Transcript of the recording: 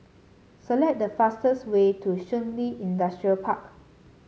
select the fastest way to Shun Li Industrial Park